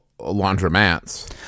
laundromats